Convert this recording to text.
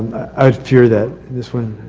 i fear that this one,